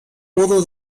modo